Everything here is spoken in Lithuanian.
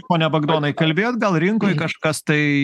pone bagdonai kalbėjot gal rinkoj kažkas tai